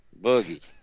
Boogie